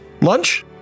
lunch